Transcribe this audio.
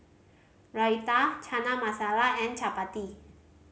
Raita Chana Masala and Chapati